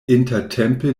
intertempe